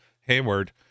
Hayward